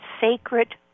sacred